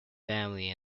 family